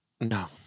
No